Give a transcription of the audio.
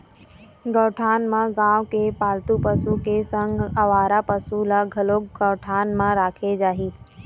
गौठान म गाँव के पालतू पशु के संग अवारा पसु ल घलोक गौठान म राखे जाही